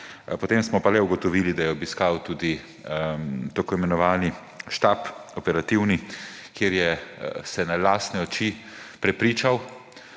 potem smo pa le ugotovili, da je obiskal tudi tako imenovani štab, operativni, kjer se je na lastne oči prepričal,